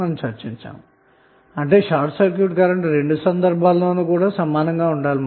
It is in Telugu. అంటే రెండు సందర్భాల్లోనూ కూడా షార్ట్ సర్క్యూట్ కరెంట్ అనాది సమానంగా ఉండాలి